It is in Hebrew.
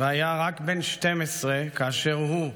והיה רק בן 12 כאשר הוא,